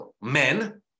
Men